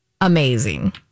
amazing